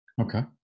Okay